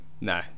no